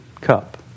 cup